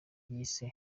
yise